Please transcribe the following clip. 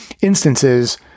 instances